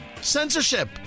censorship